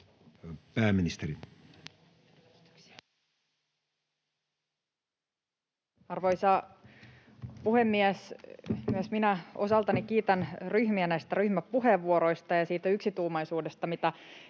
Pääministeri. Arvoisa puhemies! Myös minä osaltani kiitän ryhmiä näistä ryhmäpuheenvuoroista ja siitä yksituumaisuudesta,